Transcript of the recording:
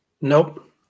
Nope